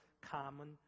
common